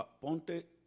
ponte